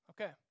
Okay